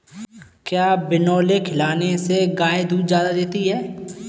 क्या बिनोले खिलाने से गाय दूध ज्यादा देती है?